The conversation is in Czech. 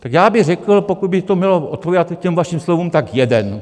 Tak já bych řekl, pokud by to mělo odpovídat těm vašim slovům, tak jeden.